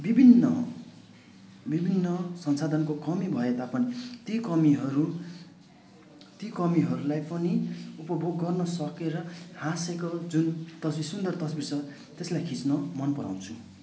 विभिन्न विभिन्न संसाधनको कमी भए तापनि ती कमीहरू ती कमीहरूलाई पनि उपभोग गर्न सकेर हाँसेको जुन तस्बिर सुन्दर तस्बिर छ त्यसलाई खिच्न मनपराउँछु